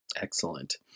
Excellent